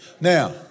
Now